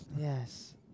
Yes